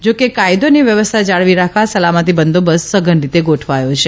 જા કે કાયદો અને વ્યવસ્થા જાળવી રાખવા સલામતી બંદોબસ્ત સઘન રીતે ગોઠવાયો છે